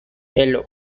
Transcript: yellow